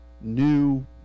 new